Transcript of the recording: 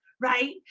right